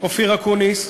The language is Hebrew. אופיר אקוניס,